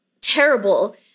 terrible